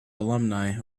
alumni